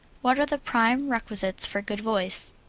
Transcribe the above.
what are the prime requisites for good voice?